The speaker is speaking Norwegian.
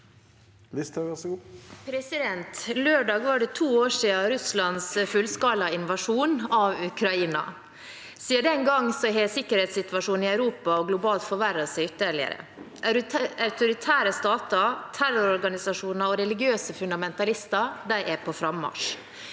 Lørdag var det to år siden Russlands fullskalainvasjon av Ukraina. Siden den gang har sikkerhetssituasjonen i Europa og globalt forverret seg ytterligere. Autoritære stater, terrororganisasjoner og religiøse fundamentalister er på frammarsj.